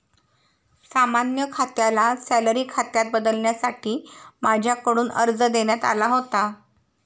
सामान्य खात्याला सॅलरी खात्यात बदलण्यासाठी माझ्याकडून अर्ज देण्यात आला होता